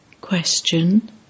Question